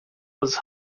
was